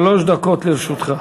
שלוש דקות לרשותך.